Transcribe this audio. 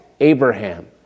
Abraham